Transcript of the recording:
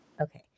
okay